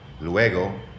luego